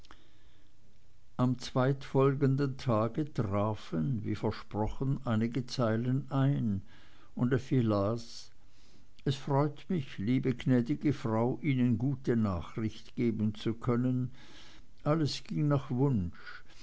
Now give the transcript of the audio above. am zweitfolgenden tage trafen wie versprochen einige zeilen ein und effi las es freut mich liebe gnädige frau ihnen gute nachricht geben zu können alles ging nach wunsch